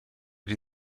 die